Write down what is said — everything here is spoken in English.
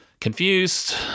confused